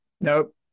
Nope